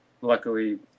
luckily